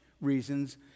reasons